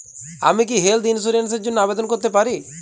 আমি কি health insurance র জন্য আবেদন করতে পারি?